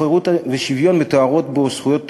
חירות ושוויון מתוארים בו כזכויות טבעיות,